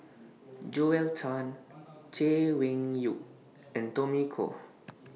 Joel Tan Chay Weng Yew and Tommy Koh